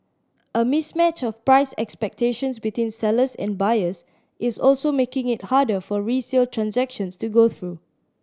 a mismatch of price expectations between sellers and buyers is also making it harder for resale transactions to go through